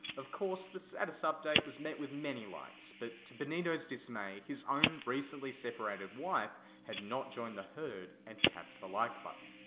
of course, the status update was met with many likes, but, to benito's dismay, his own recently separated wife had not joined the herd and tapped the like button.